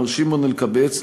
מר שמעון אלקבץ,